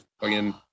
again